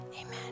amen